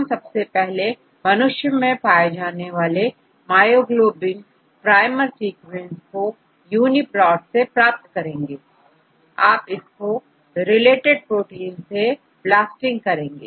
हम सबसे पहले मनुष्य में पाए जाने वाले मायोग्लोबिन प्राइमरी सीक्वेंस कोUniProt से प्राप्त करेंगे आप इसको रिलेटेड प्रोटीन से ब्लास्टिंग करेंगे